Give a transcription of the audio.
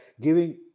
giving